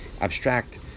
abstract